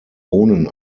bohnen